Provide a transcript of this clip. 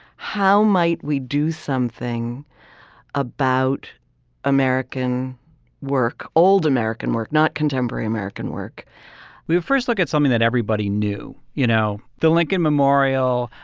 how might we do something about american work? old american work, not contemporary american work we first look at something that everybody knew. you know, the lincoln memorial,